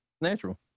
natural